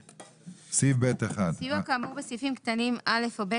(ב1)סיוע כאמור בסעיפים קטנים (א) או (ב)